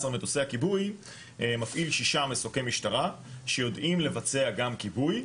מטוסי הכיבוי מפעיל שישה מסוקי משטרה שיודעים לבצע גם כיבוי,